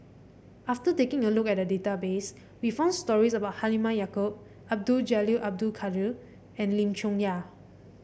after taking a look at the database we found stories about Halimah Yacob Abdul Jalil Abdul Kadir and Lim Chong Yah